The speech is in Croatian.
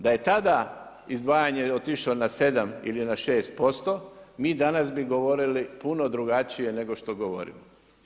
Da je tada izdvajanje otišlo na 7 ili na 6%, mi danas bi govorili puno drugačije nego što govorimo.